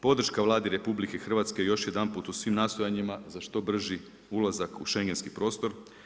Podrška Vladi RH još jedanput u svim nastojanjima za što brži ulazak u šengenski prostor.